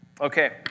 Okay